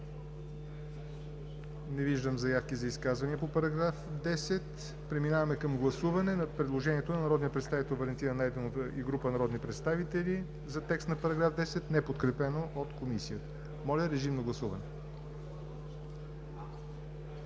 Не виждам заявки за изказвания по § 10. Преминаваме към гласуване на предложението на народния представител Валентина Найденова и група народни представители за текст на § 10, неподкрепено от Комисията. Гласували